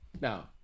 Now